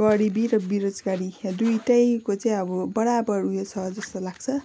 गरिबी र बेरोजगारी दुइटैको चाहिँ अब बराबर उयो छ जस्तो लाग्छ